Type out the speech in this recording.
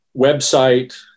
website